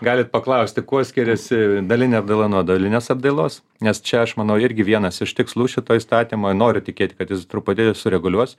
galit paklausti kuo skiriasi dalinė apdaila nuo dalinės apdailos nes čia aš manau irgi vienas iš tikslų šito įstatymo noriu tikėti kad jis truputėlį sureguliuos